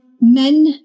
men